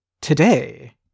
today